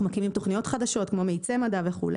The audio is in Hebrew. אנחנו מקימים תכניות חדשות כמו מאיצי מדע וכו',